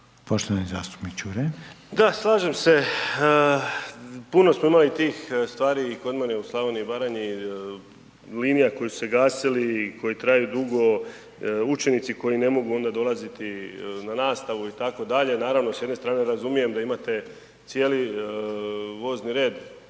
Stjepan (HNS)** Da, slažem se, puno smo imali tih stvari kod mene u Slavoniji i Baranji, linija koje su se gasili i koji traju dugo, učenici koji ne mogu onda dolaziti na nastavu itd., naravno s jedne strane razumijem da imate cijeli vozni red,